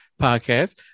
podcast